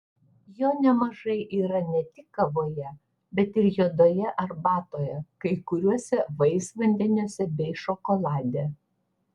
jo nemažai yra ne tik kavoje bet ir juodoje arbatoje kai kuriuose vaisvandeniuose bei šokolade